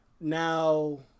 now